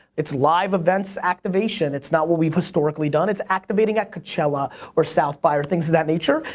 it's live events activation. it's not what we've historically done. it's activating at coachella or south by or things of that nature.